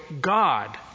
God